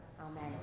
Amen